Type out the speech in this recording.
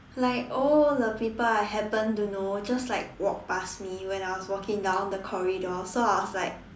like all the people I happen to know just like walk past me when I was walking down the corridor so I was like